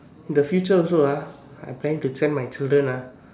the future also ah I plan to train my children ah